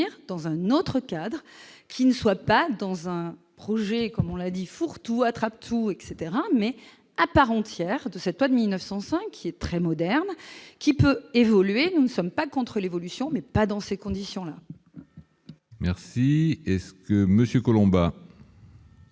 dans un autre cadre, qui ne soit pas dans un projet comme on l'a dit fourre-tout, attrape-tout, etc, mais à part entière de cette loi de 1905, qui est très moderne, qui peut évoluer, nous ne sommes pas contre l'évolution mais pas dans ces conditions-là. Merci est que Monsieur Collombat.